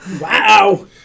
Wow